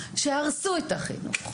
שהרסו את החינוך,